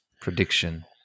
prediction